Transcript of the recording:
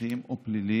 אזרחיים או פליליים,